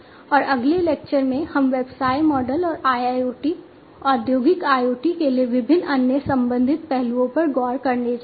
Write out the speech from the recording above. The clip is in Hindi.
और अगले लेक्चर में हम व्यवसाय मॉडल और IIoT औद्योगिक IoT के लिए विभिन्न अन्य संबंधित पहलुओं पर गौर करने जा रहे हैं